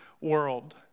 world